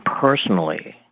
personally